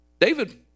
David